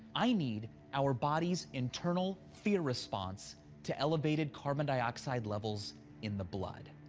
i need our body's internal fear response to elevated carbon dioxide levels in the blood.